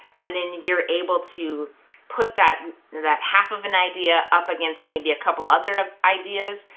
and then you're able to put that that half of an idea up against maybe a couple other ideas,